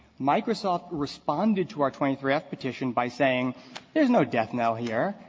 microsoft responded to our twenty three f petition by saying there's no death-knell here.